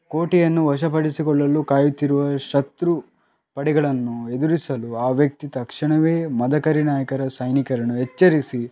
ಕೋಟೆಯನ್ನು ವಶಪಡಿಸಿಕೊಳ್ಳಲು ಕಾಯುತ್ತಿರುವ ಶತ್ರು ಪಡೆಗಳನ್ನು ಎದುರಿಸಲು ಆ ವ್ಯಕ್ತಿ ತಕ್ಷಣವೇ ಮದಕರಿ ನಾಯಕರ ಸೈನಿಕರನ್ನು ಎಚ್ಚರಿಸಿ